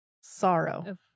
sorrow